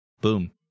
boom